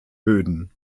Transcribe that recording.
böden